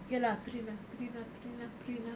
okay lah print ah print ah print ah print ah